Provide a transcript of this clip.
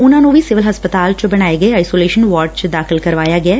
ਇਨਾਂ ਨੂੰ ਵੀ ਸਿਵਲ ਹਸਪਤਾਲ ਚ ਬਣਾਏ ਗਏ ਆਈਸੋਲੇਸ਼ਨ ਵਾਰਡ ਚ ਦਾਖ਼ਲ ਕਰਾਇਆ ਗਿਐ